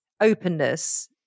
openness